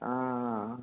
ఆ